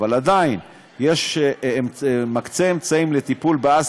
עדיין מקצה אמצעים לטיפול באזבסט,